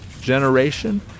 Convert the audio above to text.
generation